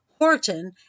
Horton